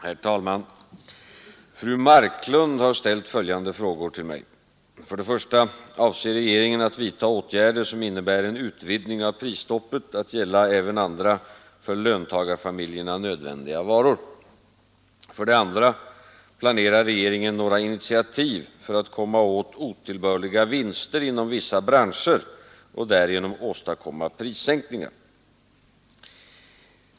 Herr talman! Fru Marklund har ställt följande frågor till mig: 1. Avser regeringen att vidta åtgärder som innebär en utvidgning av prisstoppet att gälla även andra för löntagarfamiljerna nödvändiga varor? 2. Planerar regeringen några initiativ för att komma åt otillbörliga vinster inom vissa branscher och därigenom åstadkomma prissänkningar?